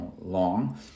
long